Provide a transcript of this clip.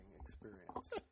experience